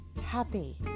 happy